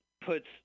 puts